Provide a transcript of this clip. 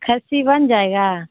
کھسی بن جائے گا